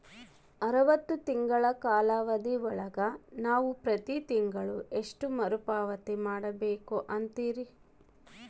ಅರವತ್ತು ತಿಂಗಳ ಕಾಲಾವಧಿ ಒಳಗ ನಾವು ಪ್ರತಿ ತಿಂಗಳು ಎಷ್ಟು ಮರುಪಾವತಿ ಮಾಡಬೇಕು ಅಂತೇರಿ?